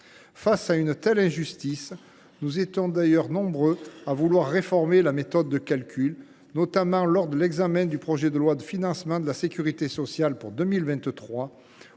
Face à une telle injustice, nous étions nombreux à vouloir réformer la méthode de calcul, notamment lors de l’examen du projet de loi de financement de la sécurité sociale pour 2023.